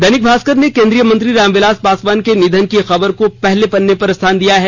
दैनिक भास्कर ने केन्द्रीय मंत्री रामविलास पासवान के निधन की खबर को पहले पन्ने पर स्थान दिया है